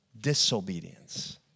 disobedience